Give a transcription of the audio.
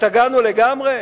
השתגענו לגמרי?